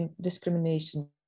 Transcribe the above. discrimination